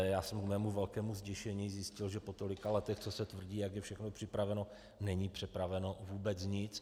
Já jsem k mému velkému zděšení zjistil, že po tolika letech, co se tvrdí, jak je všechno připraveno, není připraveno vůbec nic.